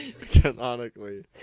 Canonically